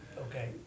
Okay